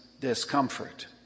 discomfort